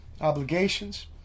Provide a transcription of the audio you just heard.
obligations